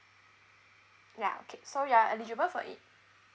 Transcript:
ya okay so you are eligible for it